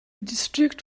district